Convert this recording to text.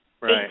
right